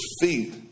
feet